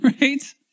right